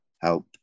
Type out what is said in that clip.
help